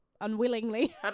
Unwillingly